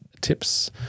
tips